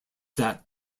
that